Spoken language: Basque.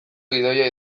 gidoia